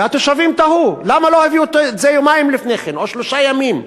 והתושבים תהו: למה לא הביאו את זה יומיים לפני כן או שלושה ימים קודם?